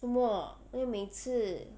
做么哪有每次